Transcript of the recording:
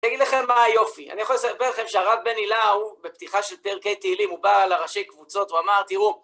אני אגיד לכם מה היופי, אני יכול לספר לכם שהרב בני לאו, הוא בפתיחה של דרכי תהילים, הוא בא לראשי קבוצות, הוא אמר, תראו...